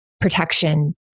protection